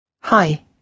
Hi